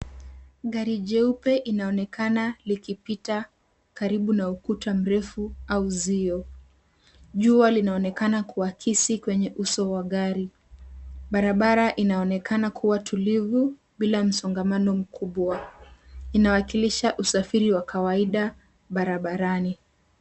Gari jeupe inaonekana likipita karibu na ukuta mrefu au zio. Jua linaonekana kuakisi kwenye uso wa gari. Barabara inaonekana kua tulivu, bila msongamano mkubwa. Inawakilisha usafiri wa kawaida barabarani.